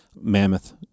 Mammoth